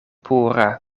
pura